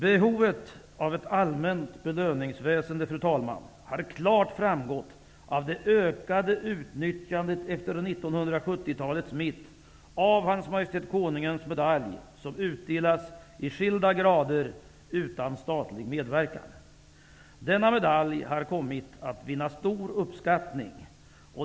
Behovet av ett allmänt belöningsväsende har klart framgått av det ökade utnyttjandet efter 1970-talets mitt av Hans Majestät Konungens medalj, vilken utdelas i skilda grader utan statlig medverkan. Denna medalj har kommit att vinna stor uppskattning.